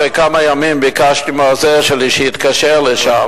אחרי כמה ימים ביקשתי מהעוזר שלי שיתקשר לשם,